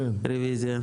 רוויזיה.